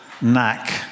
knack